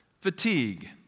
fatigue